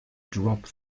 drop